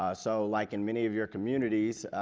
ah so like in many of your communities,